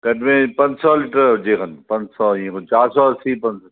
घटि में घटि पंज सौ लीटर हुजे खनि पंज सौ चारि सौ असी पंज